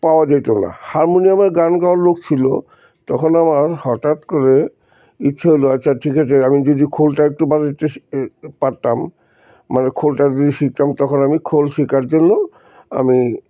পাওয়া যেত না হারমোনিয়ামে গান গাওয়ার লোক ছিল তখন আমার হঠাৎ করে ইচ্ছে হলো আচ্ছা ঠিক আছে আমি যদি খোলটা একটু বাজাতে পারতাম মানে খোলটা যদি শিখতাম তখন আমি খোল শেখার জন্য আমি